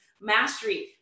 mastery